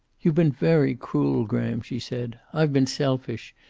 you've been very cruel, graham, she said. i've been selfish.